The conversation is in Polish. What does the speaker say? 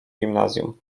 gimnazjum